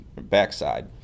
backside